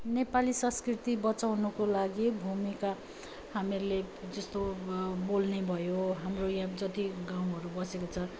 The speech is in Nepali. नेपाली संस्कृति बचाउनुको लागि भूमिका हामीले जस्तो बोल्ने भयो हाम्रो यहाँ जति गाउँहरू बसेको छ